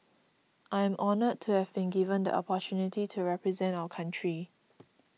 I am honour to have been given the opportunity to represent our country